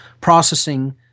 processing